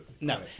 No